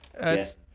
Yes